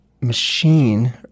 machine